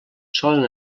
solen